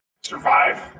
survive